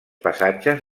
passatges